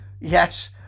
yes